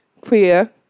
queer